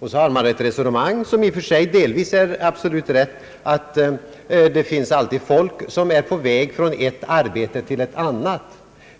Och så för man ett resonemang som i och för sig delvis är absolut rätt, nämligen att det alltid finns folk som är på väg från ett arbete till ett annat.